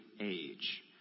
age